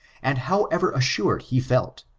and however assured he felt,